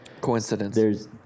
Coincidence